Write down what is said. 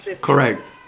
Correct